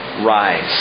rise